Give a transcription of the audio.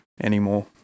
anymore